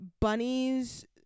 bunnies